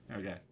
Okay